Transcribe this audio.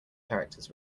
characters